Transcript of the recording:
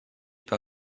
par